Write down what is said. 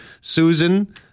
Susan